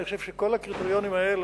אני חושב שכל הקריטריונים האלה